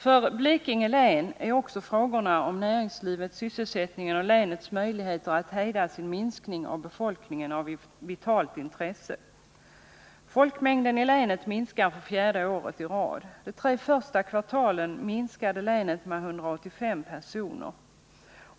För Blekinge län är också de frågor som gäller näringslivet, sysselsättningen och länets möjligheter att hejda sin minskning av befolkningen av vitalt intresse. För fjärde året i rad minskar folkmängden i länet. De tre första kvartalen i fjol minskade den med 185 personer.